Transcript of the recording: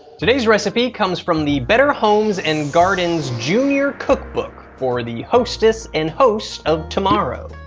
today's recipe comes from the better homes and gardens' junior cookbook for the hostess and host of tomorrow.